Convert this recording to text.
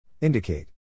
Indicate